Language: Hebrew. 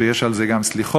שיש על זה גם סליחות.